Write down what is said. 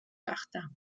გახდა